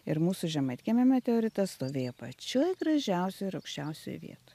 ir mūsų žemaitkiemio meteoritas stovėjo pačioj gražiausioj ir aukščiausioj vietoj